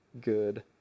good